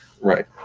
Right